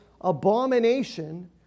abomination